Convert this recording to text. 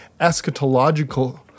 eschatological